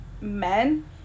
men